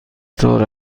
طور